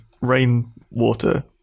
rainwater